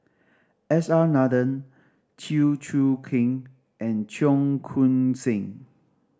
S R Nathan Chew Choo Keng and Cheong Koon Seng